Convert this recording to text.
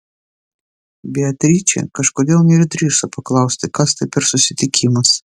beatričė kažkodėl neišdrįso paklausti kas tai per susitikimas